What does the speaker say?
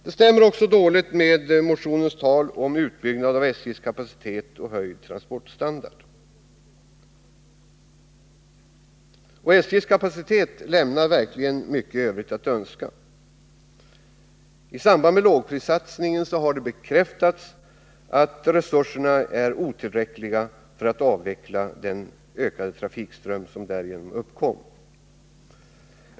Det stämmer också dåligt med motionens tal om utbyggnad av SJ:s kapacitet och höjd transportstandard. SJ:s kapacitet lämnar verkligen mycket övrigt att önska. I samband med lågprissatsningen har det bekräftats att resurserna är otillräckliga för att ta hand om den ökade trafikström som därigenom uppkom.